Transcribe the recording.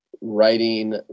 writing